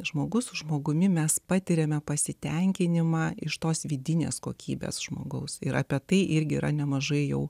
žmogus žmogumi mes patiriame pasitenkinimą iš tos vidinės kokybės žmogaus ir apie tai irgi yra nemažai jau